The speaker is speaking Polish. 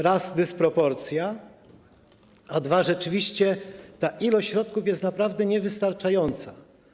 Raz, dysproporcja, a dwa, rzeczywiście ta ilość środków jest naprawdę niewystarczająca.